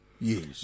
Yes